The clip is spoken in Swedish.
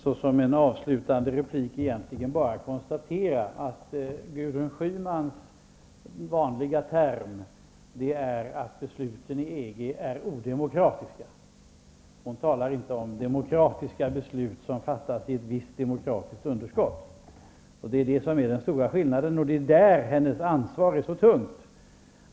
Herr talman! Avslutningsvis konstaterar jag egentligen bara att det uttryck som Gudrun Schyman vanligen använder är att besluten i EG är odemokratiska. Hon talar inte om demokratiska beslut som fattas med ett visst demokratiskt underskott. Det är det som är den stora skillnaden, och det är i det avseendet som hennes ansvar är så tungt.